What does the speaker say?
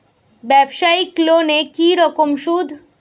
ব্যবসায়িক লোনে কি রকম সুদ?